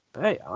Hey